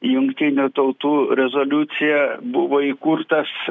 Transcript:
jungtinių tautų rezoliucija buvo įkurtas